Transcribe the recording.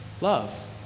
love